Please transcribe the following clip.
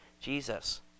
Jesus